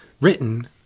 written